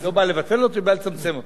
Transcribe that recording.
היא לא באה לבטל אותו, היא באה לצמצם אותו.